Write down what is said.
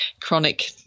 chronic